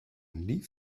lit